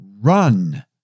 run